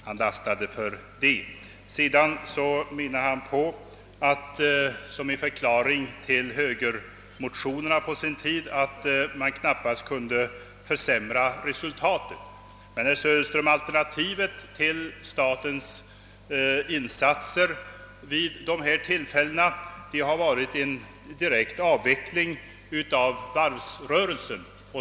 Han menade, som en förklaring till högermotionerna på sin tid, att man därmed knappast kunde försämra resultatet. Men, herr Söderström, alternativet till statens insatser vid dessa tillfällen har varit en direkt avveckling av varvsrörelsen.